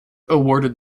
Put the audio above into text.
awarded